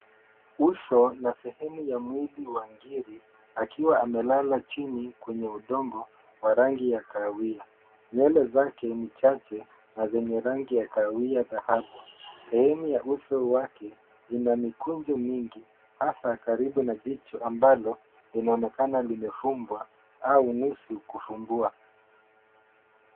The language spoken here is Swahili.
Uso na sehemu ya mwili wa ngiri, akiwa amelala chini kwenye udongo wa rangi ya kahawia. Nywele zake ni chache na zenye rangi ya kahawia dhahabu. Sehemu ya uso wake ina mikunjo mingi, hasa, karibu na jicho ambalo linaonekana limefumbwa, au nusu kufumbua.